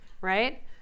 right